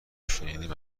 شنیدیم